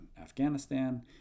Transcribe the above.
Afghanistan